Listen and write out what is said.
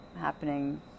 happening